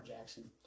Jackson